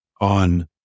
on